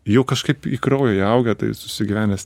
jau kažkaip į kraują įaugę tai susigyvenęs